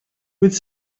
with